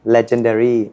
Legendary